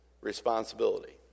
responsibility